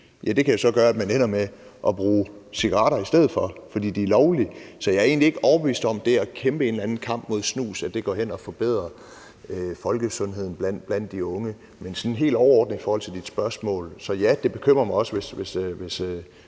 kan så gøre, at man ender med at bruge cigaretter i stedet for, fordi de er lovlige. Så jeg er egentlig ikke overbevist om, at det at kæmpe en eller anden kamp mod snus går hen og forbedrer folkesundheden blandt de unge. Men helt overordnet i forhold til dit spørgsmål vil jeg sige, at ja, det bekymrer mig også, hvis